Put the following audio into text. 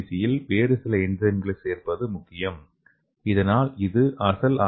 C யில் வேறு சில என்சைம்களை சேர்ப்பது முக்கியம் இதனால் அது அசல் ஆர்